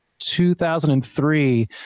2003